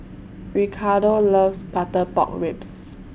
Ricardo loves Butter Pork Ribs